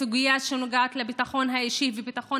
סוגיה שנוגעת לביטחון האישי ולביטחון